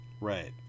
Right